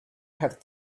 have